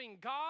God